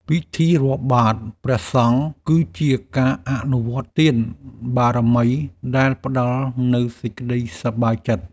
ពិធីរាប់បាតព្រះសង្ឃ គឺជាការអនុវត្តទានបារមីដែលផ្តល់នូវសេចក្តីសប្បាយចិត្ត។